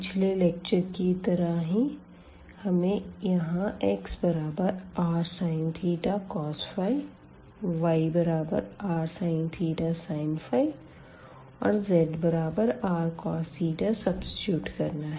पिछले लेक्चर की ही तरह हमें यहां xrsin cos yrsin sin और zrcos सब्सिट्यूट करना है